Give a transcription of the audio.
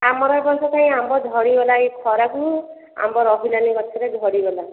ଆମର ଏ ବର୍ଷ କାଇଁ ଆମ୍ବ ଝଡ଼ିଗଲା ଏଇ ଖରାକୁ ଆମ୍ବ ରହିଲାନି ଗଛରେ ଝଡ଼ିଗଲା